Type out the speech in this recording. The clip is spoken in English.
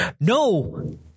no